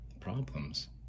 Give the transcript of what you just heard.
problems